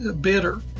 bitter